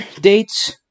dates